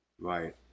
right